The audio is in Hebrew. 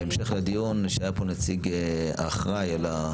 בהמשך לדיון שהיה פה נציג האחראי על,